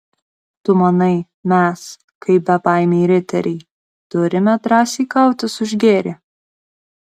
tu manai mes kaip bebaimiai riteriai turime drąsiai kautis už gėrį